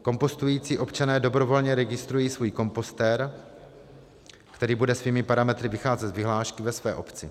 Kompostující občané dobrovolně registrují svůj kompostér, který bude svými parametry vycházet z vyhlášky ve své obci.